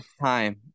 time